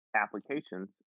applications